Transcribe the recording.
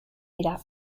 dira